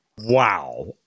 Wow